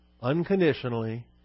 unconditionally